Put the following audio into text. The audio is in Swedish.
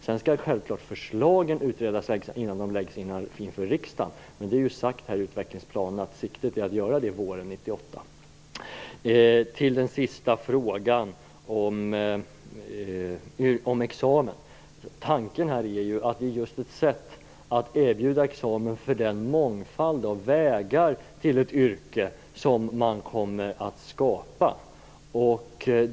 Självfallet skall förslagen utredas innan de läggs fram i riksdagen, men det är ju sagt i utvecklingsplanen att siktet är inställt på att vi skall göra det våren 1998. Jag går så över till den sista frågan om examen. Tanken här är att det skall vara ett sätt att erbjuda examen för den mångfald av vägar till ett yrke som man kommer att skapa.